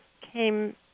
came